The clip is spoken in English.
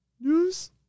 News